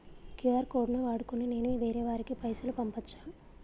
QR code ను వాడుకొని నేను వేరే వారికి పైసలు పంపచ్చా?